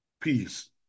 peace